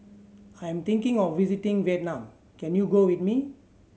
I'm thinking of visiting Vietnam can you go with me